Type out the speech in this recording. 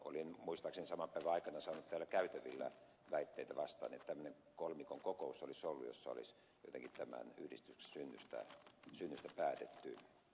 olin muistaakseni saman päivän aikana saanut täällä käytävillä väitteitä vastaani että tämmöinen kolmikon kokous olisi ollut jossa olisi jotenkin tämän yhdistyksen synnystä päätetty